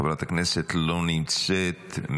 חברת הכנסת, לא נמצאת.